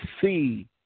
see